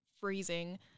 freezing